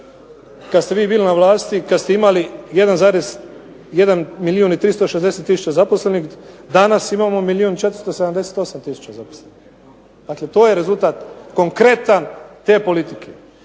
kad ste vi bili na vlasti i kad ste imali 1,1 milijun i 360000 zaposlenih. Danas imamo milijun i 478 000 zaposlenih. Dakle, to je rezultat konkretan te politike.